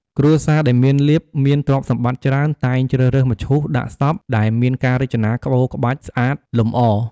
គ្រួសារដែលមានលាភ មានទ្រព្យសម្បត្តិច្រើន តែងជ្រើសរើសមឈូសដាក់សព ដែលមានការរចនាក្បូរក្បាច់ស្អាតលម្អ។